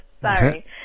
Sorry